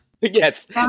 Yes